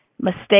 mistake